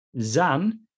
zan